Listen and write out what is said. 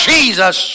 Jesus